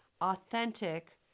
authentic